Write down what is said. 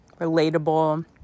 relatable